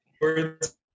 words